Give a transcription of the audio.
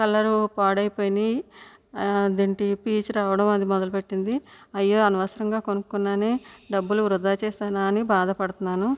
colour పాడైపోయినాయి అది ఏంటి పీచు రావడం అది మొదలుపెట్టింది అయ్యో అనవసరంగా కొనుక్కున్నాను డబ్బులు వృధా చేసినాను అని బాధపడుతున్నాను